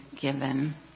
given